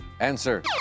Answer